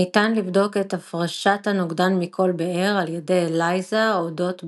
ניתן לבדוק את הפרשת הנוגדן מכל באר על ידי ELISA או דוט בלוט.